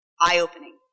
eye-opening